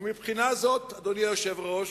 ומבחינה זו, אדוני היושב-ראש,